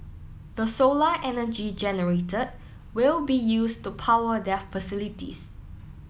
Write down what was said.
the solar energy generated will be used to power their facilities